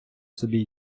собі